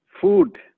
food